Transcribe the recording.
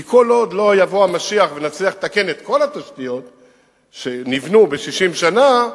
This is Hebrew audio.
כי כל עוד לא יבוא המשיח ונצליח לתקן את כל התשתיות שנבנו ב-60 שנה,